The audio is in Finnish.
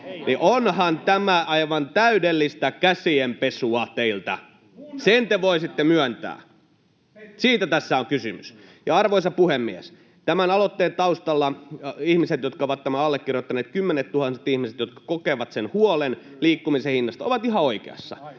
Onhan tämä aivan täydellistä käsienpesua teiltä. Sen te voisitte myöntää. Siitä tässä on kysymys. Arvoisa puhemies! Tämän aloitteen taustalla olevat ihmiset, jotka ovat tämän allekirjoittaneet, kymmenettuhannet ihmiset, jotka kokevat sen huolen liikkumisen hinnasta, ovat ihan oikeassa.